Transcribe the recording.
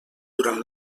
durant